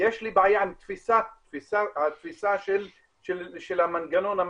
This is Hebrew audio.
יש לי בעיה עם התפיסה של המנגנון הממשלתי,